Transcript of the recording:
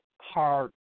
hard